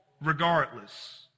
regardless